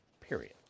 Period